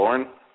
Lauren